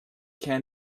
can